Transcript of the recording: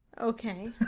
Okay